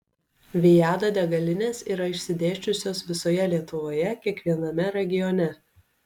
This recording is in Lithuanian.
viada degalinės yra išsidėsčiusios visoje lietuvoje kiekviename regione